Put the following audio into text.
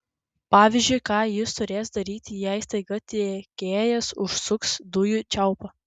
pavyzdžiui ką jis turės daryti jei staiga tiekėjas užsuks dujų čiaupą